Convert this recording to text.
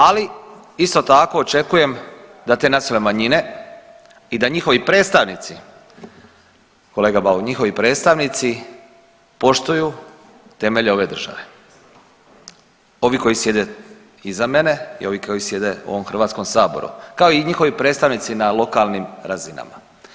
Ali isto tako očekujem da te nacionalne manjine i da njihovi predstavnici, kolega Bauk, njihovi predstavnici poštuju temelje ove države, ovi koji sjede iza mene i ovi koji sjede u ovom Hrvatskom saboru kao i njihovi predstavnici na lokalnim razinama.